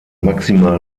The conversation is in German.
maximal